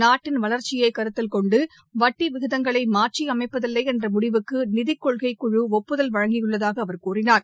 நாட்டின் வளர்ச்சியை கருத்தில்கொண்டு வட்டி விகிதங்களை மாற்றி அமைப்பதில்லை என்ற முடிவுக்கு நிதிக்கொள்கை குழு ஒப்புதல் அளித்துள்ளதாக அவர் கூறினார்